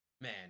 man